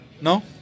No